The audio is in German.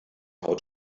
haut